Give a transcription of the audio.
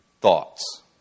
thoughts